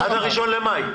עד ה-1 במאי.